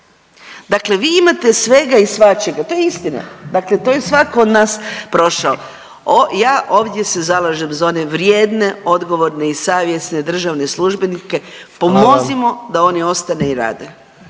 Dakle, vi imate svega i svačega to je istina, dakle to je svako od nas prošao. Ja ovdje se zalažem za one vrijedne, odgovorne i savjesne državne službenike …/Upadica predsjednik: